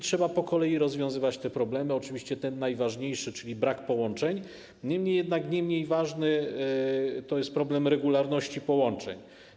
Trzeba po kolei rozwiązywać te problemy, w tym oczywiście ten najważniejszy, czyli brak połączeń, jednak nie mniej ważny jest problem regularności połączeń.